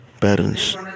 parents